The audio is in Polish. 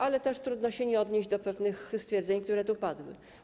Ale też trudno się nie odnieść do pewnych stwierdzeń, które tu padły.